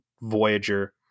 Voyager